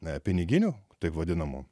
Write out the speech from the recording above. na piniginių taip vadinamų